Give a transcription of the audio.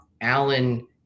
alan